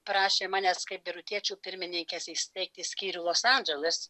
prašė manęs kaip birutiečių pirmininkės įsteigti skyrių los andželes